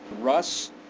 Russ